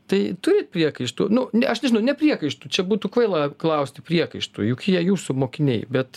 tai turit priekaištų nu ne aš žinau ne priekaištų čia būtų kvaila klausti priekaištų juk jie jūsų mokiniai bet